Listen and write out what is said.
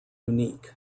unique